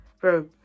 Bro